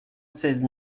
seize